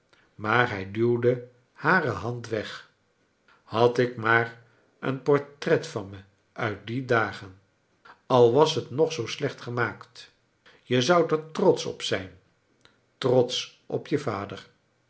maar hij duwde hare hand weg had ik maar een portret van me uit die dagen al was het nog zoo slecht gemaakt je zoudt er trots ch op zijn trotsch op je vader